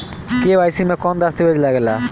KYC मे कौन दश्तावेज लागेला?